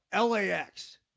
lax